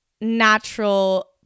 natural